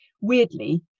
weirdly